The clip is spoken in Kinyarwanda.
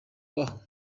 abaho